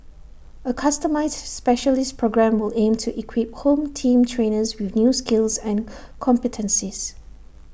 A customised specialist programme will aim to equip home team trainers with new skills and competencies